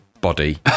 body